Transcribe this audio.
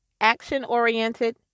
action-oriented